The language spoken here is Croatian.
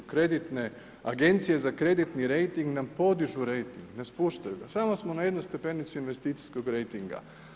Agencije za kreditni rejting nam podižu rejting, ne spuštaju ga, samo smo na jednoj stepenici investicijskog rejtinga.